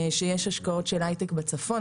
שיש השקעות של היי-טק בצפון.